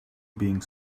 being